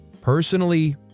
Personally